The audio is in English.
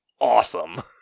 awesome